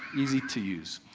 easy to use.